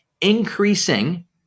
increasing